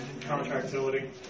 contractility